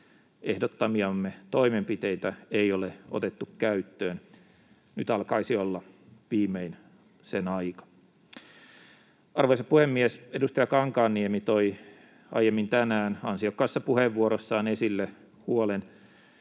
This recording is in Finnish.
ehdottamiamme toimenpiteitä ei ole otettu käyttöön — nyt alkaisi olla viimein sen aika. Arvoisa puhemies! Edustaja Kankaanniemi toi aiemmin tänään ansiokkaassa puheenvuorossaan esille huolen